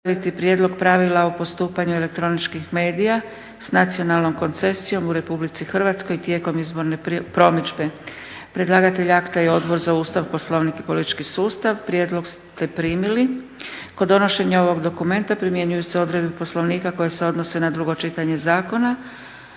prijedlog Pravila o postupanju elektroničkih medija s nacionalnom koncesijom u Republici Hrvatskoj tijekom izborne promidžbe Predlagatelj akta je Odbor za Ustav, Poslovnik i politički sustav. Prijedlog ste primili. Kod donošenja ovog dokumenta primjenjuju se odredbe Poslovnika koje se odnose na drugo čitanje zakona.